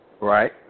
Right